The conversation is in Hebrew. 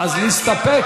אז נסתפק?